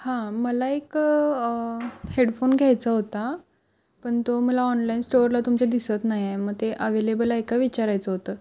हां मला एक हेडफोन घ्यायचा होता पण तो मला ऑनलाईन स्टोअरला तुमचे दिसत नाही आहे मग ते अवेलेबल आहे का विचारायचं होतं